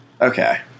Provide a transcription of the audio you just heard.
Okay